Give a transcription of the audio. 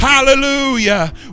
Hallelujah